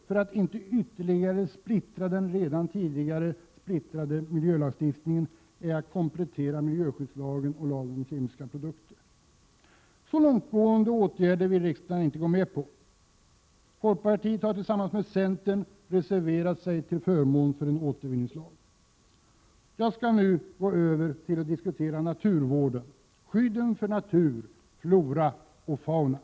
För att inte ytterligare dela upp den redan splittrade miljölagstiftningen är det lämpligast att komplettera miljöskyddslagen och lagen om kemiska produkter. Så långtgående åtgärder vill riksdagen inte gå med på. Vi i folkpartiet har tillsammans med centern reserverat oss till förmån för en återvinningslag. Jag skall nu gå över till att diskutera naturvården och skyddet av natur, flora och fauna.